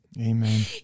Amen